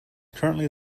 currently